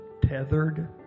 tethered